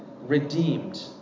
redeemed